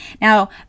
now